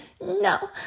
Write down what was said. no